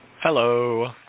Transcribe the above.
Hello